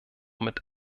mit